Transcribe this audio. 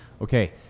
okay